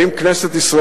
האם כנסת ישראל,